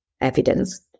evidence